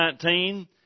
19